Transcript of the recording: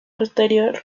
posterior